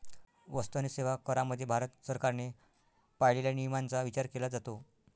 वस्तू आणि सेवा करामध्ये भारत सरकारने पाळलेल्या नियमांचा विचार केला जातो